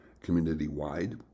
community-wide